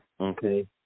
Okay